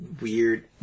weird